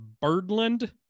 Birdland